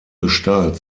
gestalt